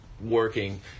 working